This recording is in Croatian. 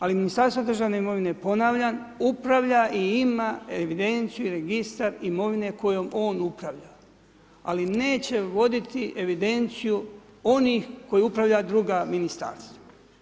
Ali Ministarstvo državne imovine ponavljam upravlja i ima evidenciju i registar imovine kojom on upravlja ali neće voditi evidenciju onih kojima upravljaju druga ministarstva.